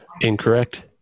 Incorrect